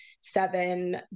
seven